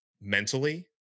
mentally